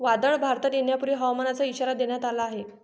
वादळ भारतात येण्यापूर्वी हवामानाचा इशारा देण्यात आला आहे